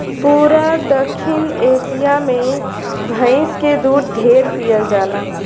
पूरा दखिन एशिया मे भइस के दूध ढेरे पियल जाला